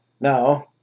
Now